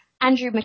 Andrew